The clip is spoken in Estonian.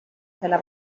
selle